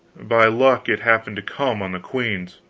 by luck, it happened to come on the queen's.